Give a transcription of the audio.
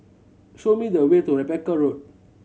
show me the way to Rebecca Road